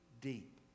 deep